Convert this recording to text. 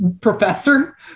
professor